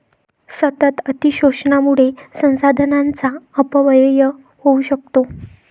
सतत अतिशोषणामुळे संसाधनांचा अपव्यय होऊ शकतो